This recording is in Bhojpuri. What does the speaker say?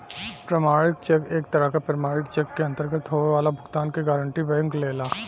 प्रमाणित चेक एक तरह क प्रमाणित चेक के अंतर्गत होये वाला भुगतान क गारंटी बैंक लेला